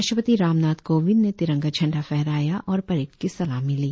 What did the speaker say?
राष्ट्रपति रामनाथ कोविंद ने तिरंगा झंडा फहराया और परेड की सलामी ली